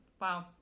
wow